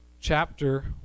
chapter